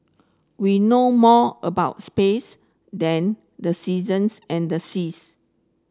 we know more about space than the seasons and the seas